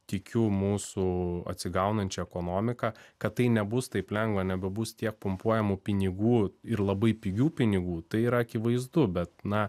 tikiu mūsų atsigaunančia ekonomika kad tai nebus taip lengva nebebus tiek pumpuojamų pinigų ir labai pigių pinigų tai yra akivaizdu bet na